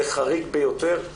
זה חריג ביותר,